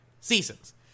seasons